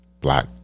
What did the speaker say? black